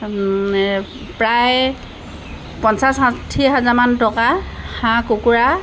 প্ৰায় পঞ্চাছ ষাঠি হাজাৰমান টকা হাঁহ কুকুৰা